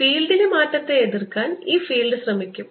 ഫീൽഡിലെ മാറ്റത്തെ എതിർക്കാൻ ഈ ഫീൽഡ് ശ്രമിക്കും